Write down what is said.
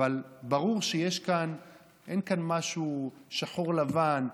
אבל ברור שאין כאן משהו שחור לבן,